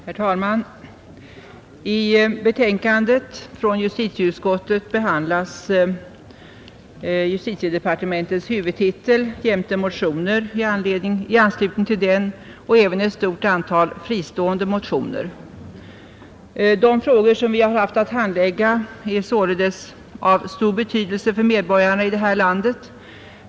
Herr talman! I förevarande betänkande från justitieutskottet behandlas justitiedepartementets huvudtitel jämte motioner i anslutning till den och även ett stort antal fristående motioner. De frågor som utskottet haft att handlägga är av stor betydelse för medborgarna i det här landet.